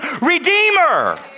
redeemer